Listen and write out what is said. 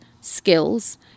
skills